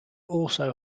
also